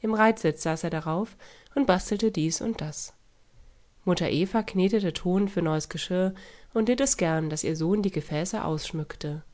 im reitsitz saß er darauf und bastelte dies und das mutter eva knetete ton für neues geschirr und litt es gern daß ihr sohn die gefäße ausschmückte